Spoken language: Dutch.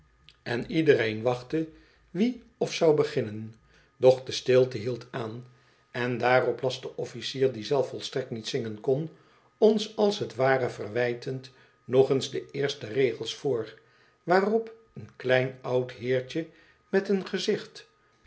en iedereen wachtte wie of zou beginnen doch de stilte hield aan en daarop las de officier die zelf volstrekt niet zingen kon ons als t ware verwijtend nog eens do eerste regels voor waarop een klein oud heertje met een gezicht